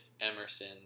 Emerson